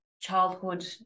childhood